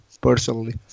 personally